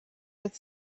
with